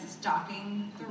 stalking